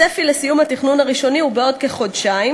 הצפי לסיום התכנון הראשוני הוא בעוד כחודשיים,